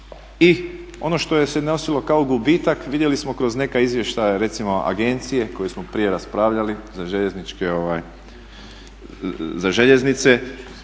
I ono što se nosilo kao gubitak vidjeli smo kroz neke izvještaje recimo agencije koja smo prije raspravljali za željeznice,